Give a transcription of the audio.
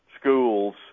schools